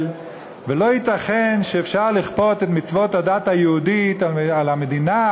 ולא ייתכן שאפשר לכפות את מצוות הדת היהודית על המדינה,